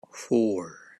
four